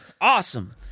Awesome